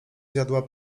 zjadła